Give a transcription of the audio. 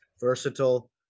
Versatile